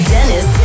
Dennis